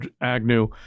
Agnew